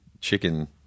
chicken